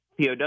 POW